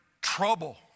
trouble